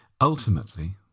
Ultimately